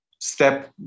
step